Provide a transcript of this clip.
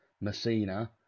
Messina